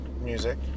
music